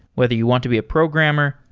whether you want to be a programmer,